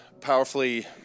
powerfully